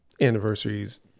Anniversaries